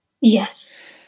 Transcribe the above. yes